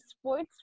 sports